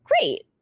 great